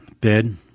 bid